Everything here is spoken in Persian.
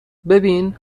ببین